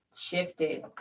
shifted